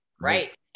right